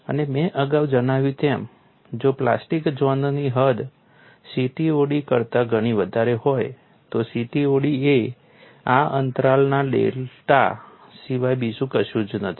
અને મેં અગાઉ જણાવ્યું તેમ જો પ્લાસ્ટિક ઝોનની હદ CTOD કરતા ઘણી વધારે હોય તો CTOD એ આ અંતરના ડેલ્ટા સિવાય બીજું કશું જ નથી